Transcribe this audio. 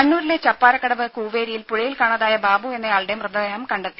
കണ്ണൂരിലെ ചപ്പാരപ്പടവ് കൂവേരിയിൽ പുഴയിൽ കാണാതായ ബാബു എന്ന ആളുടെ മൃതദേഹം കണ്ടെത്തി